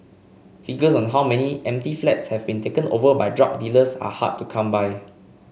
figures on how many empty flats have been taken over by drug dealers are hard to come by